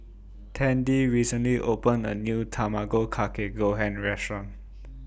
Tandy recently opened A New Tamago Kake Gohan Restaurant